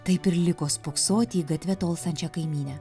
taip ir liko spoksoti į gatve tolstančią kaimynę